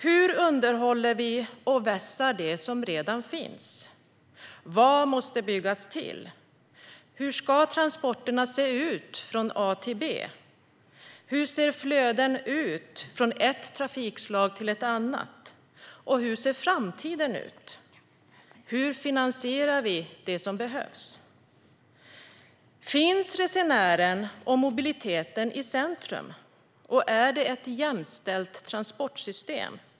Hur underhåller vi och vässar det som redan finns? Vad måste byggas till? Hur ska transporterna se ut från A till B? Hur ser flöden ut från ett trafikslag till ett annat? Och hur ser framtiden ut? Hur finansierar vi det som behövs? Finns resenären och mobiliteten i centrum? Är det ett jämställt transportsystem?